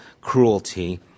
cruelty